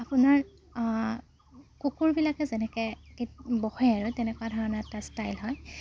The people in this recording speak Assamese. আপোনাৰ কুকুৰবিলাকে যেনেকৈ বহে আৰু তেনেকুৱা ধৰণৰ এটা ষ্টাইল হয়